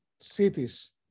cities